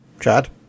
Chad